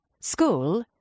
school